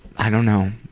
i don't know.